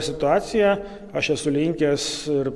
situaciją aš esu linkęs ir